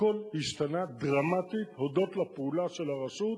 הכול השתנה דרמטית הודות לפעולה של הרשות,